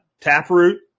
Taproot